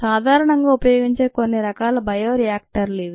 సాధారణంగా ఉపయోగించే కొన్ని రకాల బయో రియాక్టర్లు ఇవి